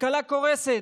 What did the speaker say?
כלכלה קורסת,